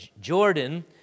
Jordan